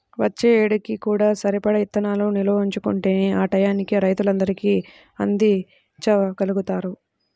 వచ్చే ఏడుకి కూడా సరిపడా ఇత్తనాలను నిల్వ ఉంచుకుంటేనే ఆ టైయ్యానికి రైతులందరికీ అందిచ్చగలుగుతారు